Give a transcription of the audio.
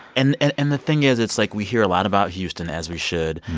and and and the thing is, it's like, we hear a lot about houston, as we should.